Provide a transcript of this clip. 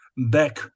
back